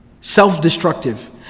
Self-destructive